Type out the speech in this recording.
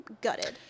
Gutted